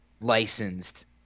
licensed